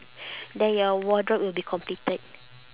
then your wardrobe will be completed